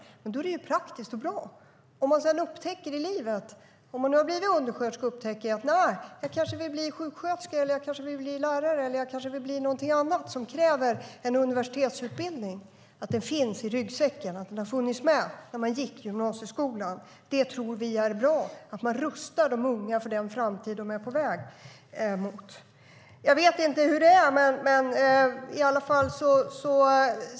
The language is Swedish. Om man då som undersköterska senare i livet upptäcker att nej, jag vill bli sjuksköterska eller lärare eller någonting annat som kräver en universitetsutbildning är det praktiskt och bra att den möjligheten finns i ryggsäcken, att den funnits med sedan gymnasieskolan. Vi tror att det är bra att man rustar de unga för den framtid de är på väg mot.